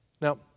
Now